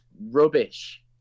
rubbish